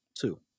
Two